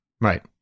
Right